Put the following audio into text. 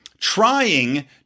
Trying